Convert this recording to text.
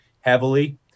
heavily